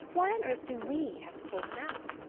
why on earth do we have to pull him out?